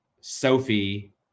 Sophie